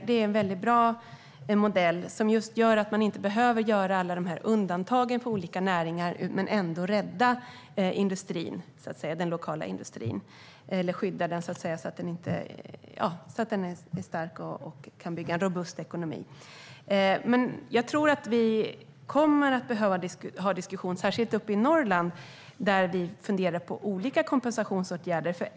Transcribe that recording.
Det är en väldigt bra modell som gör att man inte behöver göra alla undantagen för olika näringar men ändå kan skydda den lokala industrin så att den är stark och kan bygga en robust ekonomi. Jag tror att vi kommer att behöva ha en diskussion. Det gäller särskilt uppe i Norrland där vi funderar på olika kompensationsåtgärder.